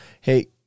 hey